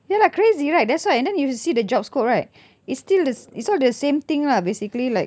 ya lah crazy right that's why and then you see the job scope right it's still the is all the same thing lah basically like